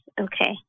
Okay